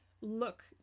look